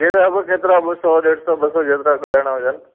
केतिरा बि केतिरा बि सौ ॾेढि सौ ॿ सौ जेतिरा कराइणा हुजनि